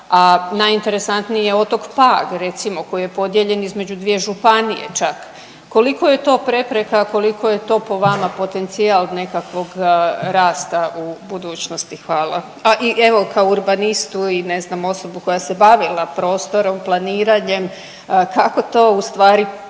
a najinteresantniji je otok Pag recimo koji je podijeljen između dvije županije čak, koliko je to prepreka, koliko je to po vama potencijal nekakvog rasta u budućnosti? Hvala. A i evo kao urbanistu i ne znam osobi koja se bavila prostorom, planiranjem, kako to ustvari može